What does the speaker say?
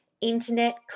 Internet